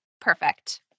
Perfect